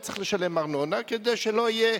אתה צריך לשלם ארנונה כדי שלא יהיה